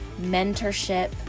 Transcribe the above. mentorship